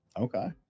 Okay